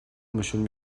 monsieur